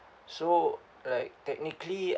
so like technically